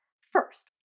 First